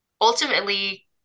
ultimately